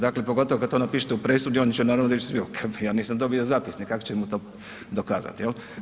Dakle, pogotovo kad to napišete u presudi oni će naravno reći svi, pa ja nisam dobio zapisnik, kako će mu to dokazati jel.